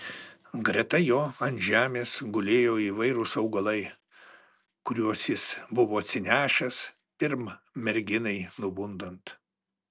greta jo ant žemės gulėjo įvairūs augalai kuriuos jis buvo atsinešęs pirm merginai nubundant